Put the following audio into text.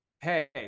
hey